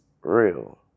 real